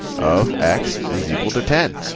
of x is equal to ten.